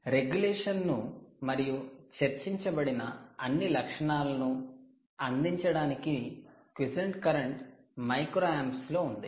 regulation ను మరియు చర్చించబడిన అన్ని లక్షణాలను అందించడానికి 'క్విసెంట్ కరెంట్' 'Quiescent current' మైక్రోయాంప్స్లో ఉంది